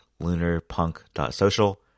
LunarPunk.Social